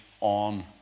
on